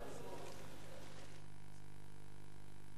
חברי הכנסת, תם